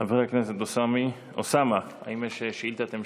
חבר הכנסת אוסאמי, אוסאמה, האם יש שאילתת המשך?